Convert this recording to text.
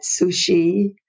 sushi